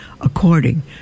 according